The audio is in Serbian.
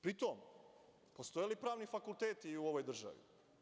Pri tom, postoje li pravni fakulteti u ovoj državi?